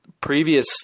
previous